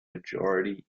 majority